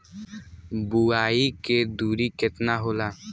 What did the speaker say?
बुआई के दुरी केतना होला?